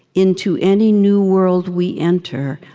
into any new world we enter,